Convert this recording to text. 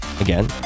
again